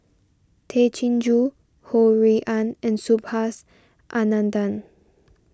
Tay Chin Joo Ho Rui An and Subhas Anandan